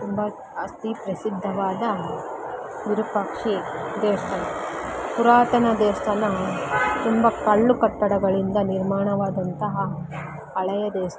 ತುಂಬ ಜಾಸ್ತಿ ಪ್ರಸಿದ್ಧವಾದ ವಿರೂಪಾಕ್ಷ ದೇವಸ್ಥಾನ ಪುರಾತನ ದೇವಸ್ಥಾನ ತುಂಬ ಕಲ್ಲು ಕಟ್ಟಡಗಳಿಂದ ನಿರ್ಮಾಣವಾದಂತಹ ಹಳೆಯ ದೇವಸ್ಥಾನ